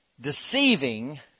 deceiving